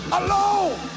alone